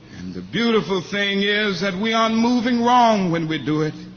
and the beautiful thing is that we aren't moving wrong when we do it,